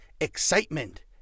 excitement